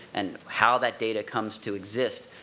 and how that data comes to exist,